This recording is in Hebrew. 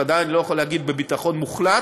ודאי אני לא יכול להגיד בביטחון מוחלט.